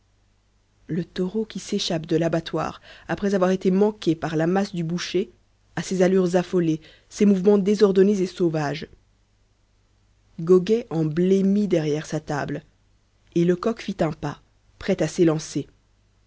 le taureau qui s'échappe de l'abattoir après avoir été manqué par la masse du boucher a ces allures affolées ces mouvements désordonnés et sauvages goguet en blêmit derrière sa table et lecoq fit un pas prêt à s'élancer